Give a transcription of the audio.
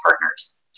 partners